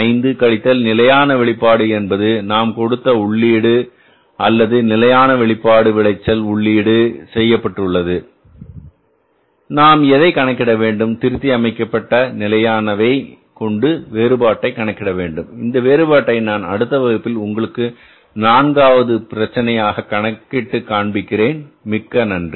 5 கழித்தல் நிலையான வெளிப்பாடு என்பது நாம் கொடுத்த உள்ளீட்டு அல்லது நிலையான வெளிப்பாடு விளைச்சல் உள்ளீடு செய்யப்பட்டுள்ளது நாம் எதை கணக்கிட வேண்டும் திருத்தி அமைக்கப்பட்ட நிலையானவை கொண்டு வேறுபாட்டை கணக்கிடவேண்டும் இந்த வேறுபாட்டை நான் அடுத்த வகுப்பில் உங்களுக்கு நான்காவது பிரச்சனையாக கணக்கிட்டு காண்பிக்கிறேன் மிக்க நன்றி